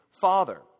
father